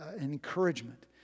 encouragement